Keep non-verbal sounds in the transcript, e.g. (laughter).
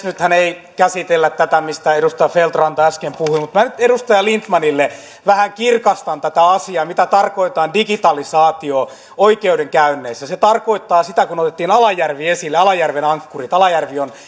(unintelligible) nythän ei käsitellä tätä mistä edustaja feldt ranta äsken puhui mutta minä nyt edustaja lindtmanille vähän kirkastan tätä asiaa sitä mitä tarkoittaa digitalisaatio oikeudenkäynneissä se tarkoittaa sitä kun otettiin alajärvi esille alajärven ankkurit alajärvi on